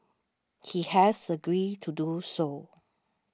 he has agreed to do so